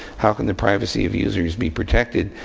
how can the privacy of users be protected?